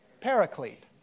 paraclete